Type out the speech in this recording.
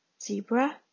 Zebra